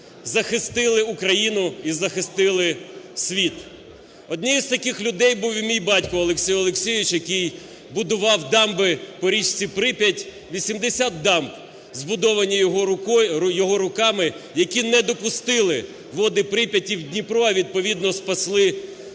захистили Україну і захистили світ. Однією з таких людей був і мій батько Олексій Олексійович, який будував дамби по річці Прип'ять. Вісімдесят дамб збудовані його руками, які не допустили води Прип'яті в Дніпро, а відповідно спасли Київ